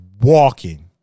walking